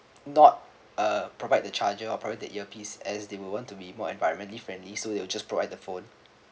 not uh provide the charger or provide the earpiece as they will want to be more environmentally friendly so they will just provide the phone